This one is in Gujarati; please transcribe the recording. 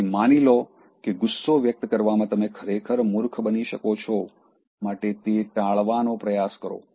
તેથી માની લો કે ગુસ્સો વ્યક્ત કરવામાં તમે ખરેખર મૂર્ખ બની શકો છો માટે તે ટાળવાનો પ્રયાસ કરો